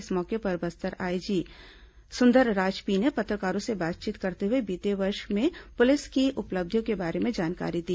इस मौके पर बस्तर आईजी सुंदरराज पी ने पत्रकारों से बातचीत करते हुए बीते वर्ष में पुलिस की उपलब्धियों के बारे में जानकारी दी